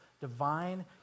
divine